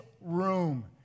room